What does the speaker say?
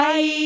Bye